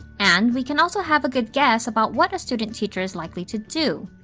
and we can also have a good guess about what a student teacher is likely to do.